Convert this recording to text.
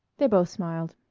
they both smiled.